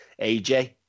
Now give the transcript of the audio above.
AJ